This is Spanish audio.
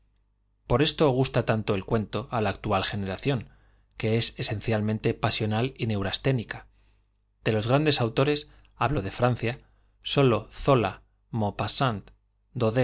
por esto gusta tanto el cuento él la actual generación que es esencialmente pasional y neurasténica de los grandes autores hablo de francia sólo zola mau